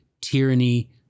tyranny